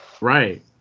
right